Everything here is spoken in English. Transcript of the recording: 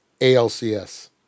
ALCS